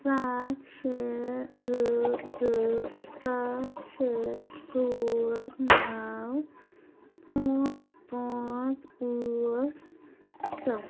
سَتھ شےٚ زٕ زٕ سَتھ شےٚ ژور نو پٲنٛژھ پٲنٛژھ ٲٹھ سَتھ